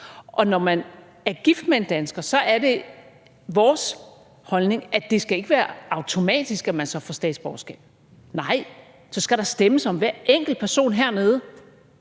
Og når man er gift med en dansker, er det vores holdning, at det ikke skal være automatisk, at man så får statsborgerskab. Nej! Så skal der stemmes om hver enkelt person hernede